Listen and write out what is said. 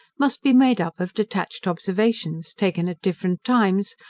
must be made up of detached observations, taken at different times,